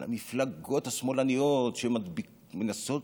על המפלגות השמאלניות, שהן מנסות